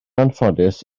anffodus